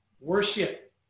Worship